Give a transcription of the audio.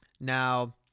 Now